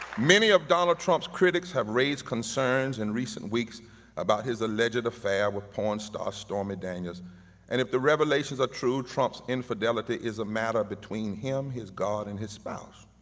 many of donald trump's critics have raised concerns in recent weeks about his alleged affair with porn star stormy daniels and if the revelations are true, trump's infidelity is a matter between him, his god, and his spouse.